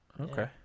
okay